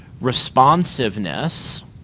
responsiveness